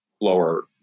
lower